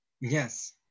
yes